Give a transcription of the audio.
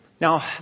Now